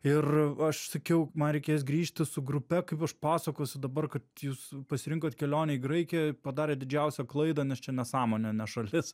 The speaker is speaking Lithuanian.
ir aš sakiau man reikės grįžti su grupe kaip aš pasakosiu dabar kad jūs pasirinkot kelionę į graikijoj padarėt didžiausią klaidą nes čia nesąmonė ne šalis